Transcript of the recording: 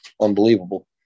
unbelievable